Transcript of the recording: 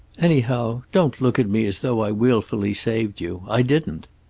anyhow, don't look at me as though i willfully saved you. i didn't.